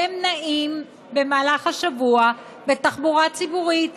והם נעים במהלך השבוע בתחבורה ציבורית.